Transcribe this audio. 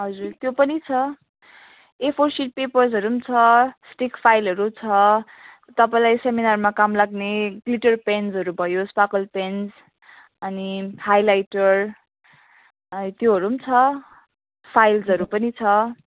हजुर त्यो पनि छ ए फोर सिट पेपर्सहरू पनि छ स्टिक फाइलहरू छ तपाईँलाई सेमिनारमा काम लाग्ने ग्लिटर पेन्सहरू भयो स्पार्कल पेन्स अनि हाइलाइटर अनि त्योहरू पनि छ फाइल्सहरू पनि छ